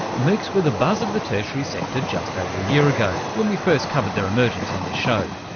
moocs were the buzz of the tertiary sector just over a year ago when we first covered their emergence on this show.